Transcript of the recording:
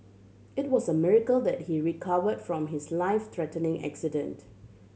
it was a miracle that he recovered from his life threatening accident